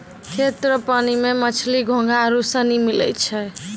खेत रो पानी मे मछली, घोंघा आरु सनी मिलै छै